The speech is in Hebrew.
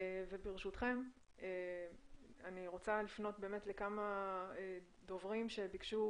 ברשותכם אני רוצה לפנות לכמה דוברים שביקשו